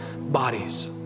bodies